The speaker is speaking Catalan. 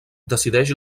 decideix